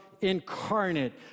incarnate